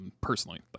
personally